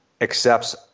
accepts